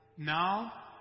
now